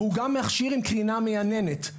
והוא גם מכשיר עם קרינה מייננת.